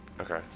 Okay